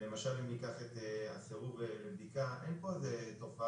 למשל אם ניקח את הסירוב לבדיקה, אין פה תופעה.